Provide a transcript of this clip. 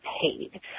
paid